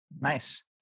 Nice